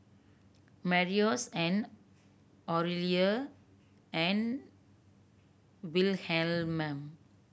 Marius and Aurelia and Wilhelm